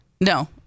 No